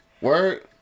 Word